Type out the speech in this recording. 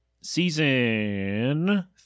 Season